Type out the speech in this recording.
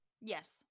Yes